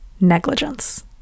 negligence